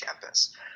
campus